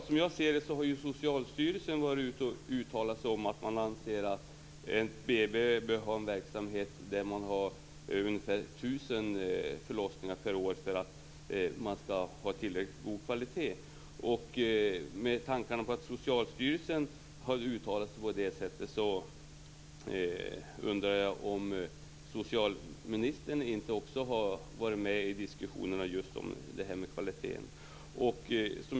Fru talman! Socialstyrelsen har uttalat att man anser att det skall vara över tusen förlossningar per år för att det skall bli en god kvalitet på ett BB. Med tanke på att Socialstyrelsen har uttalat sig så undrar jag om inte socialministern har varit med i diskussionerna om just kvalitet.